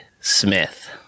Smith